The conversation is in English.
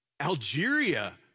Algeria